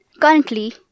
Currently